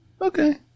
Okay